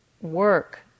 work